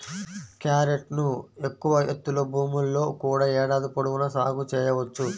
క్యారెట్ను ఎక్కువ ఎత్తులో భూముల్లో కూడా ఏడాది పొడవునా సాగు చేయవచ్చు